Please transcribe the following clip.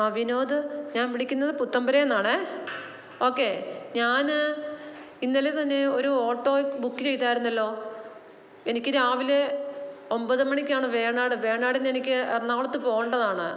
ആ വിനോദ് ഞാൻ വിളിക്കുന്നത് പുത്തൻ പുരയിൽ നിന്നാണേ ഓക്കെ ഞാന് ഇന്നലെ തന്നെ ഒര് ഓട്ടോയ് ബുക്ക് ചെയ്തായിരുന്നല്ലൊ എനിക്ക് രാവിലെ ഒമ്പത് മണിക്കാണ് വേണാട് വേണാടിന് എനിക്ക് എറണാക്കുളത്ത് പോകേണ്ടതാണ്